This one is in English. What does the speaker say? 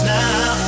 now